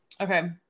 Okay